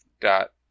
dot